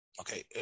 Okay